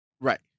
Right